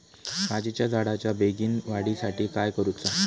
काजीच्या झाडाच्या बेगीन वाढी साठी काय करूचा?